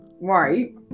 right